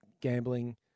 Gambling